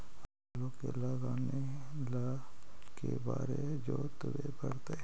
आलू के लगाने ल के बारे जोताबे पड़तै?